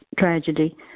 tragedy